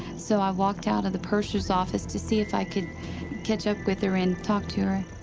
so i walked out of the purser's office to see if i could catch up with her and talk to her.